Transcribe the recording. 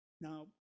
Now